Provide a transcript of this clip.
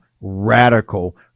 radical